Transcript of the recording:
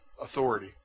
Authority